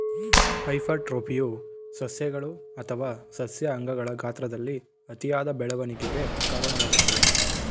ಹೈಪರ್ಟ್ರೋಫಿಯು ಸಸ್ಯಗಳು ಅಥವಾ ಸಸ್ಯ ಅಂಗಗಳ ಗಾತ್ರದಲ್ಲಿ ಅತಿಯಾದ ಬೆಳವಣಿಗೆಗೆ ಕಾರಣವಾಗ್ತದೆ